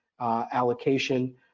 allocation